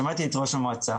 שמעתי את ראש המועצה.